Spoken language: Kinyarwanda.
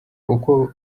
uko